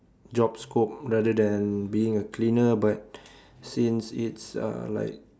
job scope rather than being a cleaner but since it's uh like